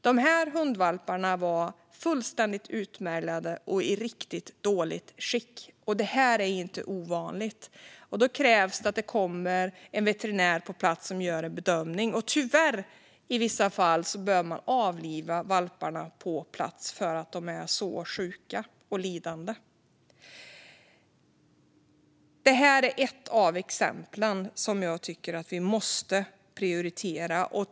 De här hundvalparna var fullständigt utmärglade och i riktigt dåligt skick, vilket inte är ovanligt. Då krävs det att det kommer en veterinär som gör en bedömning. Tyvärr behöver man i vissa fall avliva valparna på plats för att de är så sjuka och lider. Det här är något som jag tycker att vi måste prioritera.